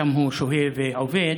שם הוא שוהה ועובד,